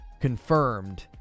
confirmed